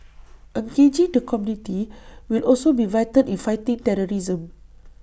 engaging the community will also be vital in fighting terrorism